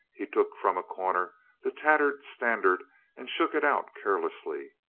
he took from a corner the tattered stand ard and shook it out carelessly.